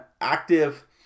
active